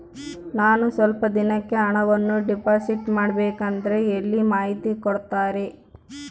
ನಾನು ಸ್ವಲ್ಪ ದಿನಕ್ಕೆ ಹಣವನ್ನು ಡಿಪಾಸಿಟ್ ಮಾಡಬೇಕಂದ್ರೆ ಎಲ್ಲಿ ಮಾಹಿತಿ ಕೊಡ್ತಾರೆ?